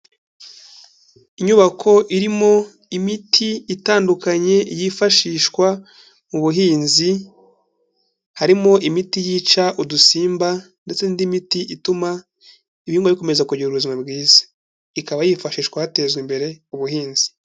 Inyubako irimo imiti itandukanye yifashishwa mu buhinzi, harimo imiti yica udusimba ndetse n'indi miti ituma ibihingwa bikomeza kugira ubuzima bwiza. Ikaba yifashishwa hatezwa imbere ubuhinzi.